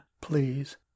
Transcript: please